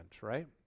right